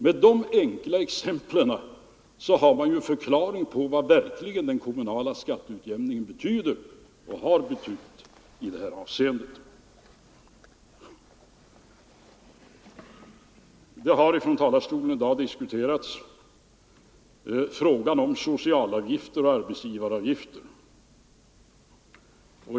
Genom de här exemplen får man en förklaring på vad den kommunala skatteutjämningen verkligen betyder och har betytt i detta avseende. Från den här talarstolen har i dag diskuterats frågan om sociala avgifter och arbetsgivaravgifter.